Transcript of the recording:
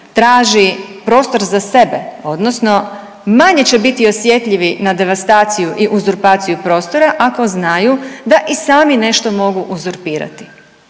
traži prostor za sebe odnosno manje će biti osjetljivi na devastaciju i uzurpaciju prostora ako znaju da i sami nešto mogu uzurpirati